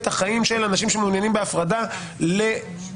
החיים של אנשים שמעוניינים בהפרדה לקשים.